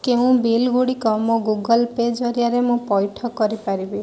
କେଉଁ ବିଲ୍ଗୁଡ଼ିକ ମୋ ଗୁଗଲ୍ ପେ' ଜରିଆରେ ମୁଁ ପଇଠ କରିପାରିବି